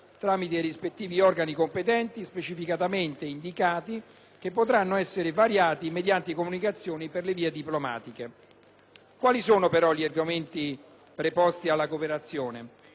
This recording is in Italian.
tramite i rispettivi organi competenti, specificatamente indicati, che potranno essere variati mediante comunicazioni per vie diplomatiche. Quali sono, però, gli organi preposti alla cooperazione?